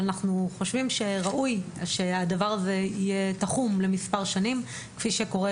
אבל אנחנו חושבים שראוי שהדבר הזה יהיה תחום למספר שנים כפי שקורה